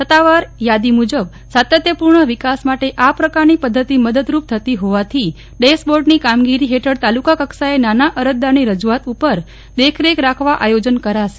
સત્તાવાર યાદી મુજબ સાતત્યપૂર્ણ વિકાસ માટે આ પ્રકારની પદ્ધતિ મદદરૂપ થતી હોવાથી ડેશ બોર્ડની કામગીરી હેઠળ તાલુકા કક્ષાએ નાના અરજદારની રજૂઆત ઉપર દેખરેખ રાખવા આયોજન કરાશે